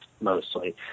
mostly